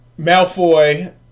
Malfoy